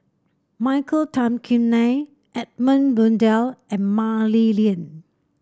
Michael Tan Kim Nei Edmund Blundell and Mah Li Lian